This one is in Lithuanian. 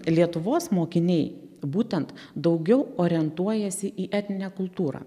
lietuvos mokiniai būtent daugiau orientuojasi į etninę kultūrą